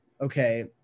okay